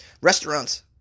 Restaurants